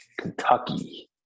Kentucky